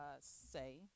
say